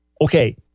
Okay